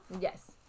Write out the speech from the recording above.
Yes